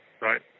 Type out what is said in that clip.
right